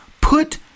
put